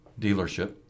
dealership